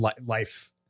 life